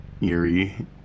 eerie